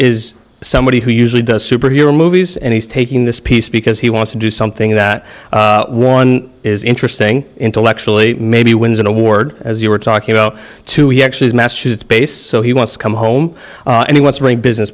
is somebody who usually does superhero movies and he's taking this piece because he wants to do something that one is interesting intellectually maybe wins an award as you were talking about two he actually is massachusetts based so he wants to come home and he wants to bring business